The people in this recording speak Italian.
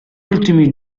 ultimi